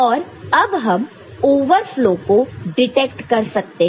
और अब हम ओवरफ्लो को डिटेक्ट कर सकते हैं